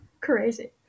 Crazy